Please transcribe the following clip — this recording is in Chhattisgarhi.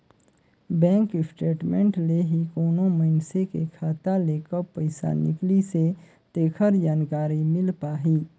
बेंक स्टेटमेंट ले ही कोनो मइनसे के खाता ले कब पइसा निकलिसे तेखर जानकारी मिल पाही